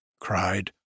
cried